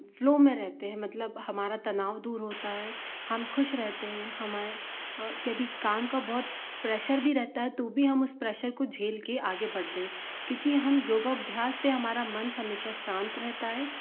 flow में रहते हैं मतलब हमारा तनाव दूर होता है हम खुश रहते हैं हमाए यदि काम का बहुत प्रेशर भी रहता है तो भी हम उस प्रेशर को झेल के आगे बढ़ते हैं क्योंकि हम योगाभ्यास से हमारा मत हमेशा शांत रहता है